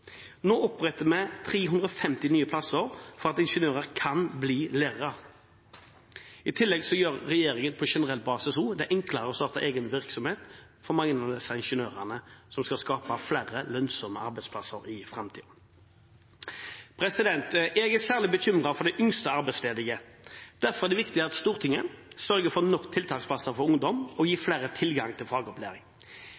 Nå oppretter vi 350 nye plasser for at ingeniører kan bli lærere. I tillegg gjør regjeringen det enklere på generell basis å starte egen virksomhet for mange av disse ingeniørene, og som vil skape flere lønnsomme arbeidsplasser i framtiden. Jeg er særlig bekymret for de yngste arbeidsledige. Derfor er det viktig at Stortinget sørger for nok tiltaksplasser for ungdom og gir flere tilgang til fagopplæring.